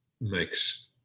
makes